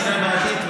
אנחנו נראה בעתיד,